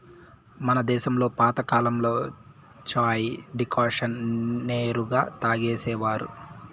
మన దేశంలో పాతకాలంలో చాయ్ డికాషన్ నే నేరుగా తాగేసేవారు